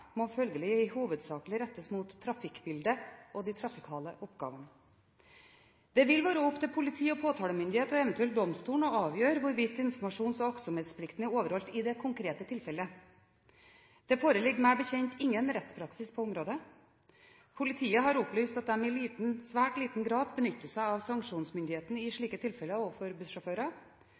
må følgelig hovedsakelig rettes mot trafikkbildet og de trafikale oppgavene. Det vil være opp til politi og påtalemyndighet og eventuelt domstolene å avgjøre hvorvidt informasjons- og aktsomhetsplikten er overholdt i det konkrete tilfellet. Det foreligger meg bekjent ingen rettspraksis på området. Politiet har opplyst at de i svært liten grad benytter seg av sanksjonsmyndigheten overfor bussjåfører i slike tilfeller.